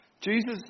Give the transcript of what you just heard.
Jesus